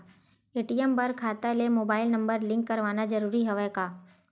ATM बर खाता ले मुबाइल नम्बर लिंक करवाना ज़रूरी हवय का?